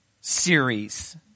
series